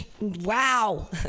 wow